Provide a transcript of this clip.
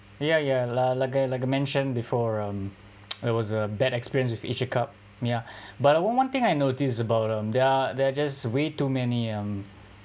ya ya lah like like I mention before um there was a bad experience with each a cup ya but uh one one thing I noticed about uh there're there're just way too many um